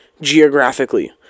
geographically